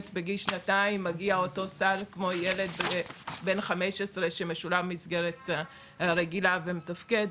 בגיל שנתיים מגיע אותו סל כמו ילד בן 15 שמשולם במסגרת הרגילה ומתפקד.